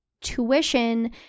tuition